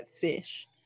fish